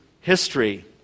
history